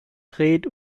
dreht